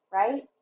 right